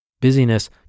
Busyness